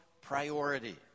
priority